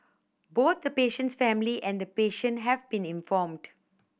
both the patient's family and the patient have been informed